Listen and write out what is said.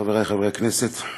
חברי חברי הכנסת,